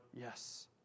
Yes